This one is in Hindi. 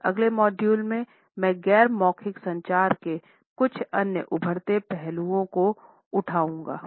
हमारे अगले मॉड्यूल में मैं गैर मौखिक संचार के कुछ अन्य उभरते पहलुओं को उठाएगा